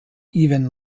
even